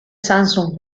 samsung